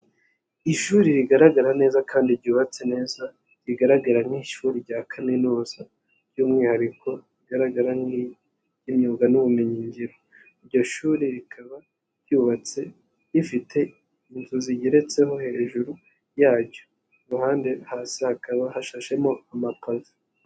Ishuri rigaragara neza kandi ryubatse neza, rigaragara nk'ishuri rya kaminuza, by'umwihariko rigaragara nk'iry'imyuga n'ubumenyin ngiro, iryo shuri rikaba ryubatse rifite inzu zigeretseho hejuru yaryo, iruhande hasi hakaba hashashemo amapave.